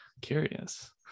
curious